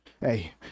hey